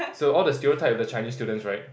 so all the stereotypes with the Chinese students right